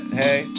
hey